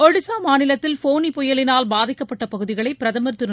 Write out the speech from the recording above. ஒடிசா மாநிலத்தில் ஃபோனி புயலினால் பாதிக்கப்பட்ட பகுதிகளை பிரதமர் திரு